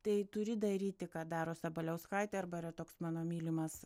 tai turi daryti ką daro sabaliauskaitė arba yra toks mano mylimas